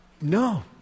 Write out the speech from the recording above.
No